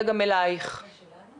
עבדנו גם בשותפות עם תכנית היל"ה,